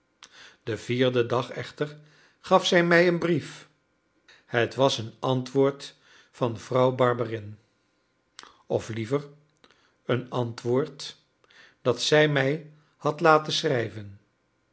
den vierden dag echter gaf zij mij een brief het was een antwoord van vrouw barberin of liever een antwoord dat zij mij had laten schrijven